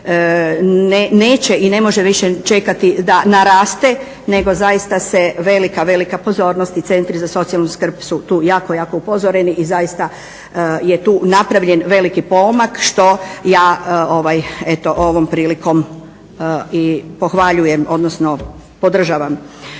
neće i ne može više čekati da naraste, nego zaista se velika, velika pozornost i centri za socijalnu skrb su tu jako, jako upozoreni i zaista je tu napravljen veliki pomak što ja eto ovom prilikom i pohvaljujem, odnosno podržavam.